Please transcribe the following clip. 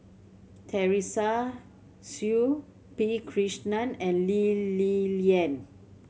Teresa Hsu P Krishnan and Lee Li Lian